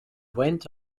went